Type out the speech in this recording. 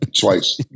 twice